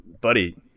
buddy